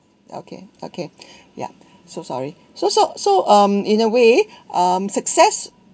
okay okay ya so sorry so so so um in a way um success